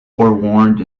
forewarned